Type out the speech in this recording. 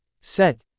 Set